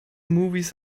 movies